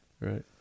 right